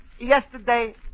yesterday